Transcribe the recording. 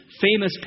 famous